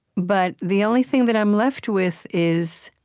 but the only thing that i'm left with is,